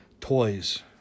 toys